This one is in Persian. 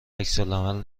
عکسالعمل